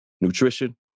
nutrition